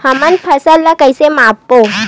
हमन फसल ला कइसे माप बो?